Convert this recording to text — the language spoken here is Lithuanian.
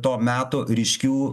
to meto ryškių